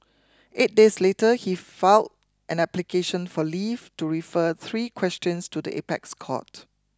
eight days later he filed an application for leave to refer three questions to the apex court